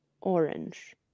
orange